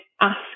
ask